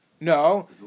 No